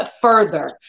further